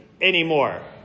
anymore